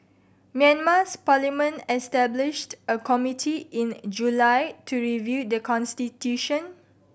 Myanmar's parliament established a committee in July to review the constitution